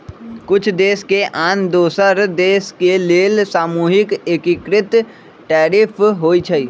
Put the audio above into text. कुछ देश के आन दोसर देश के लेल सामूहिक एकीकृत टैरिफ होइ छइ